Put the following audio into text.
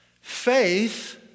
Faith